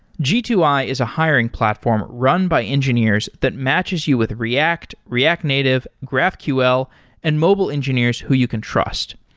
g two i is a hiring platform run by engineers that matches you with react, react native, graphql and mobile engineers who you can trust.